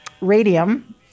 radium